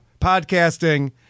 podcasting